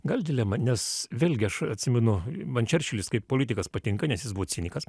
gal dilema nes vėlgi aš atsimenu man čerčilis kaip politikas patinka nes jis buvo cinikas